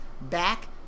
back